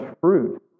fruit